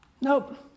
Nope